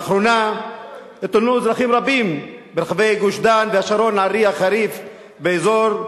לאחרונה התלוננו אזרחים רבים ברחבי גוש-דן והשרון על ריח חריף באזור.